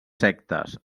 sectes